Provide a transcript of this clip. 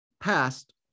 past